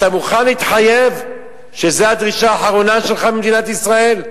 אתה מוכן להתחייב שזו הדרישה האחרונה שלך ממדינת ישראל?